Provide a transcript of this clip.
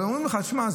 אבל אומרים לך: שמע,